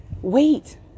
Wait